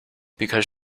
because